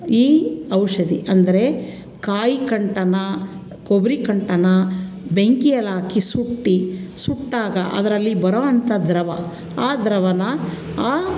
ಈ ಔಷಧಿ ಅಂದರೆ ಕಾಯಿ ಕಂಟನ ಕೊಬ್ಬರಿ ಕಂಟನ ಬೆಂಕಿಯಲ್ಲಿ ಹಾಕಿ ಸುಟ್ಟು ಸುಟ್ಟಾಗ ಅದರಲ್ಲಿ ಬರುವಂಥ ದ್ರವ ಆ ದ್ರವನಾ ಆ